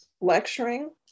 lecturing